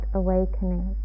awakening